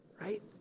right